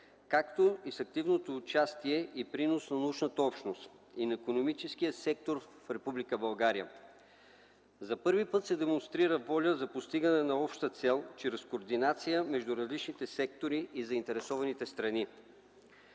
както и с активното участие и принос на научната общност и на икономическия сектор в Република България. За първи път се демонстрират воля за постигане на обща цел чрез координация между различните сектори и заинтересованите страни.